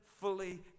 fully